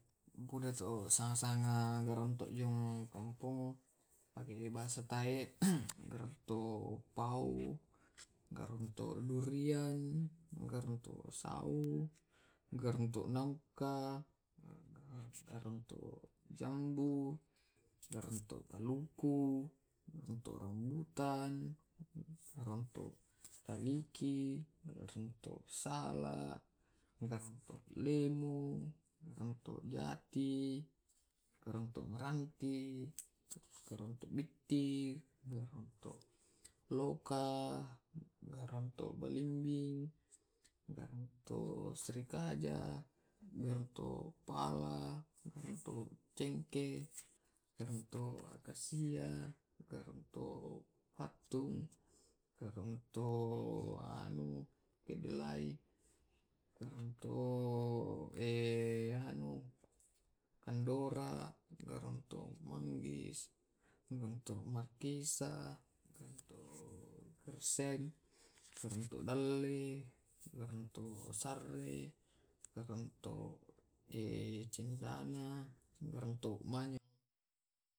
Budato sanga sanga garang to jung kampung pake bahasa tae garonto pao, garonto durian, garonto sau, garunto nangka, garonto jambu, garonto kaluku, garonto rambutan, garonto taliki, garunto sala, garonto lemo, garonto jati. garonto maranti, garonto bitti, garonto loka, garonto belimbing, garonto serikaja, garonto pala, garonto cengke, garonto akasia, garonto pattung. garonto anu kedelai, garonto kandora, garonto maanggis, garonto markisa garonto dalle, garonto sarre, garonto cendana, garonto manyang.